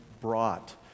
brought